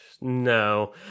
no